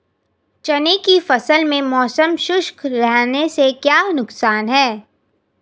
चने की फसल में मौसम शुष्क रहने से क्या नुकसान है?